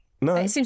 No